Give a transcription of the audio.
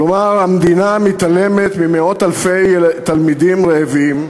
כלומר, המדינה מתעלמת ממאות אלפי תלמידים רעבים,